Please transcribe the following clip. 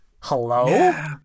hello